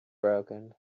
broken